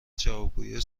جوابگویی